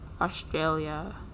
Australia